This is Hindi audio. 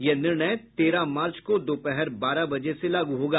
यह निर्णय तेरह मार्च को दोपहर बारह बजे से लागू होगा